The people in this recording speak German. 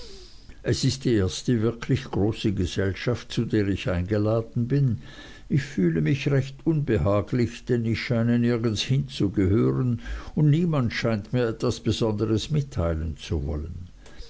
es ist die erste wirkliche große gesellschaft zu der ich eingeladen bin ich fühle mich recht unbehaglich denn ich scheine nirgends hinzugehören und niemand scheint mir etwas besondres mitteilen zu wollen